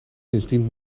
sindsdien